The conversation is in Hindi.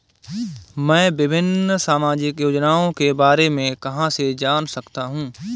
मैं विभिन्न सामाजिक योजनाओं के बारे में कहां से जान सकता हूं?